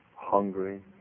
hungry